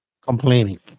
complaining